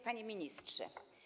Panie Ministrze!